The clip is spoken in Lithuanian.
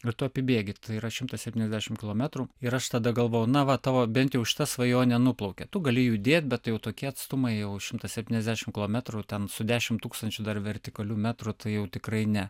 ir tu apibėgi tai yra šimtas septyniasdešimt kilometrų ir aš tada galvojau na va tavo bent jau šita svajonė nuplaukė tu gali judėt bet jau tokie atstumai jau šimtas septyniasdešimt kilometrų ten su dešimt tūkstančių dar vertikalių metrų tai jau tikrai ne